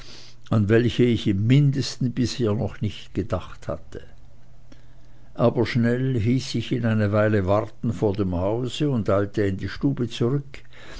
an welche ich im mindesten bisher noch nie gedacht hatte aber schnell hieß ich ihn eine weile warten vor dem hause und eilte in die stube zurück